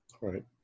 Right